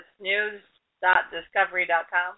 news.discovery.com